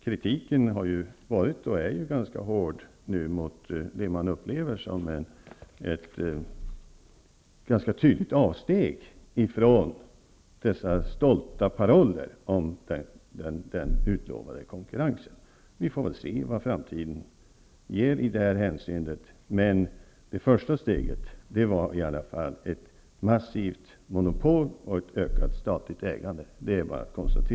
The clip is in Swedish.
Kritiken har varit och är ganska hård mot det man upplever som ett tydligt avsteg från dessa stolta paroller om den utlovade konkurrensen. Vi får väl se vad framtiden ger i det här hänseendet. Det är bara att konstatera att det första steget var ett massivt monopol och ett ökat statligt ägande.